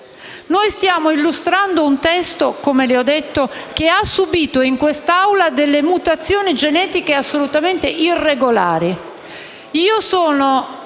Noi stiamo illustrando un testo, come le ho detto, che ha subito in quest'Aula delle mutazioni genetiche assolutamente irregolari.